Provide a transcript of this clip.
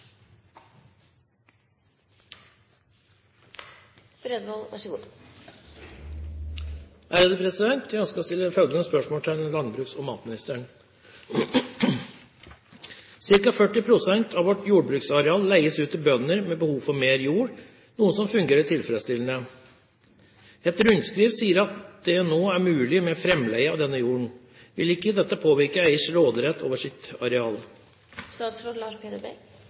bønder med behov for mer jord, noe som fungerer tilfredsstillende. Et rundskriv sier at det nå er mulig med fremleie av denne jorden. Vil ikke dette påvirke eiers råderett over sitt